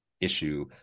issue